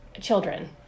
children